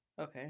okay